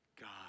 God